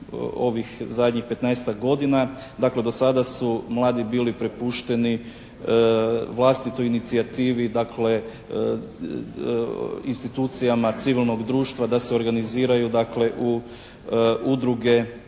ovih zadnjih 15-ak godina. Dakle, do sada su mladi bili prepušteni vlastitoj inicijativi, dakle, institucijama civilnog društva da se organiziraju, dakle,